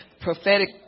Prophetic